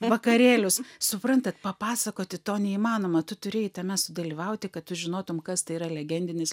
vakarėlius suprantat papasakoti to neįmanoma tu turėjai tame sudalyvauti kad tu žinotum kas tai yra legendinis